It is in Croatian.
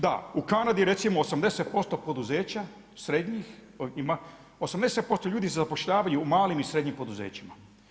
Da, u Kanadi recimo 80% poduzeća srednjih ima, 80% ljudi zapošljavaju u malim i srednjim poduzećima.